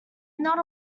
not